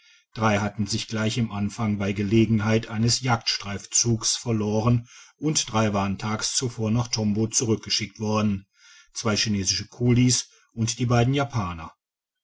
drei hatten sich gleich im anfang bei gelegenheit eines jagdstreifzuges verloren und drei waren tags zuvor nach tombo zurückgeschickt worden zwei chinesischen kulis und den beiden japanern